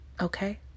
Okay